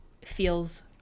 Feels